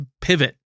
pivot